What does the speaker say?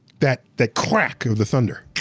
that that crack of the thunder.